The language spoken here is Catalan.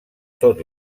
tot